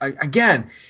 again